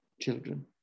children